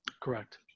Correct